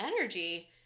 energy